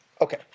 Okay